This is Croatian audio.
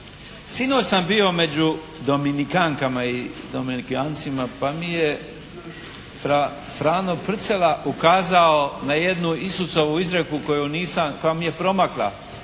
sinoć sam bio među Dominikankama i Dominikancima pa mi je Frano Prcela ukazao na jednu Isusovu izreku koju nisam, koja mi je promakla,